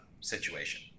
situation